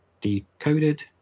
Decoded